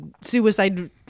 suicide